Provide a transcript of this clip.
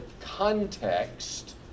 context